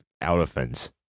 elephants